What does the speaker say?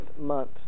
month